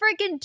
freaking